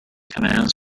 commands